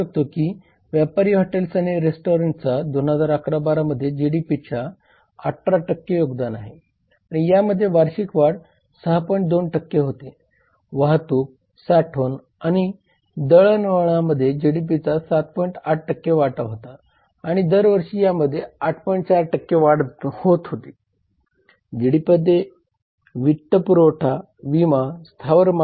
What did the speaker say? मग लॉबिंगचा प्रश्न येतो आता लॉबिंग म्हणजे कायदेकर्त्यावर प्रभाव पाडण्यासाठी विविध हितसंबंधी गटांकडून किंवा प्रशासकीय अधिकाऱ्यांकडून त्यांचे हित पूर्ण करण्यासाठी केलेले कार्य आहे